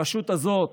הרשות הזאת